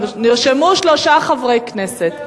נרשמו שלושה חברי כנסת.